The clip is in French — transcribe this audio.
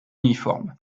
uniforme